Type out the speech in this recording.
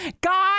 God